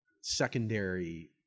secondary